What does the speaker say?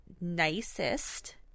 nicest